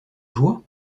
joie